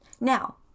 now